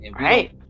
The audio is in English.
Right